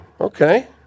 okay